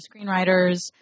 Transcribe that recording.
screenwriters